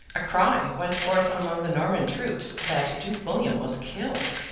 a cry went forth among the norman troops that duke william was killed.